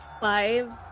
five